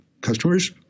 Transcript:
customers